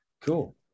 cool